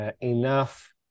enough